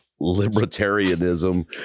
libertarianism